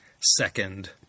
second